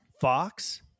Fox